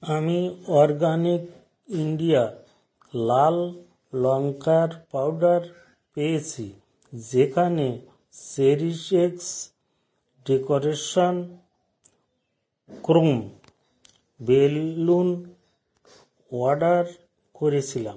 আমি organic India লাল লঙ্কার পাউডার পেয়েছি যেখানে CherishX decoration chrome balloon order করেছিলাম